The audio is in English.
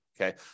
Okay